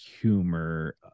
humor